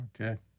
Okay